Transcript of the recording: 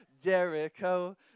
Jericho